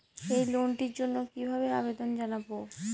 এই লোনটির জন্য কিভাবে আবেদন জানাবো?